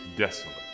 Desolate